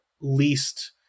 least